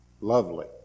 Lovely